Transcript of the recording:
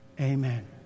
Amen